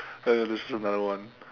then you got to choose another one